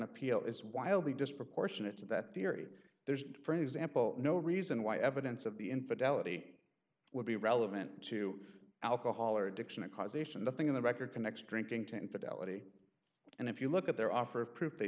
appeal is wildly disproportionate to that theory there's for example no reason why evidence of the infidelity would be relevant to alcohol or addiction and causation nothing in the record connects drinking to infidelity and if you look at their offer of proof they